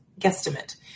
guesstimate